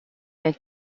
had